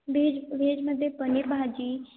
veg व्हेजमध्ये पनीरभाजी